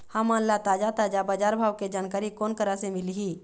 हमन ला ताजा ताजा बजार भाव के जानकारी कोन करा से मिलही?